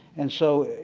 and so,